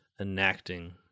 enacting